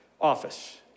office